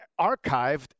archived